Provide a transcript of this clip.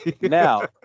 Now